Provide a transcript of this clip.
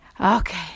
okay